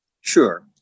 Sure